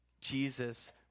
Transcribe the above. Jesus